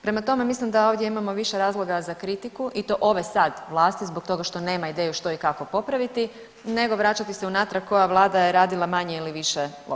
Prema tome, mislim da ovdje imamo više razloga za kritiku i to ove sad vlasti zbog toga što nema ideju što i kako popraviti nego vraćati se unatrag koja vlada je radila manje ili više loše.